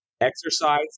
Exercise